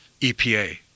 EPA